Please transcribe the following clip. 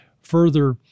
Further